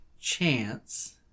chance